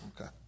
Okay